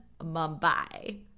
Mumbai